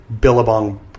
Billabong